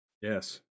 Yes